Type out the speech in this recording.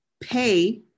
pay